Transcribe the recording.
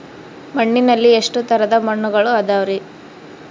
ಮಣ್ಣಿನಲ್ಲಿ ಎಷ್ಟು ತರದ ಮಣ್ಣುಗಳ ಅದವರಿ?